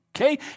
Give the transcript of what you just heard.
Okay